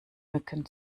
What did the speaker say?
mücken